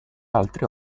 altre